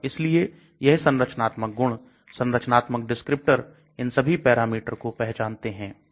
और इसलिए यह संरचनात्मक गुण संरचनात्मक डिस्क्रिप्टर इन सभी पैरामीटर को पहचानते हैं